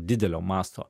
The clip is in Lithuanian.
didelio masto